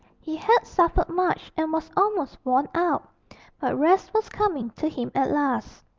he had suffered much and was almost worn out but rest was coming to him at last.